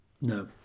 No